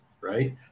right